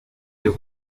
byo